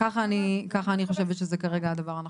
כך אני חושבת שכרגע הדבר הנכון.